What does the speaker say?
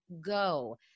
go